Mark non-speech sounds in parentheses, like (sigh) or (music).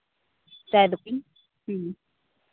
(unintelligible)